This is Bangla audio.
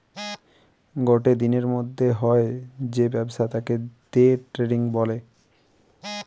গটে দিনের মধ্যে হয় যে ব্যবসা তাকে দে ট্রেডিং বলে